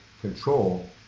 control